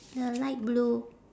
the light blue